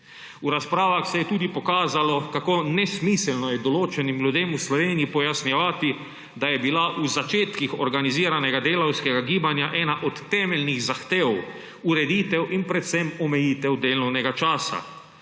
V razpravah se je tudi pokazalo, kako nesmiselno je določenim ljudem v Sloveniji pojasnjevati, da je bila v začetkih organiziranega delavskega gibanja ena od temeljnih zahtev ureditev in predvsem omejitev delovnega časa.